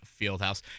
Fieldhouse